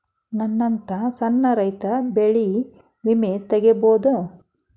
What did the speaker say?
ನನ್ನಂತಾ ಸಣ್ಣ ರೈತ ಬೆಳಿ ವಿಮೆ ತೊಗೊಬೋದ?